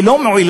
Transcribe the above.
היא לא מועילה.